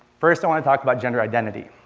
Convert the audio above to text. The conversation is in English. first, i want to talk about gender identity.